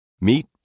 Meet